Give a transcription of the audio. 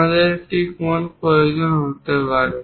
আমাদের একটি কোণ প্রয়োজন হতে পারে